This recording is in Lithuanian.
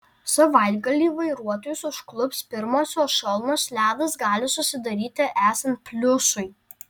savaitgalį vairuotojus užklups pirmosios šalnos ledas gali susidaryti esant pliusui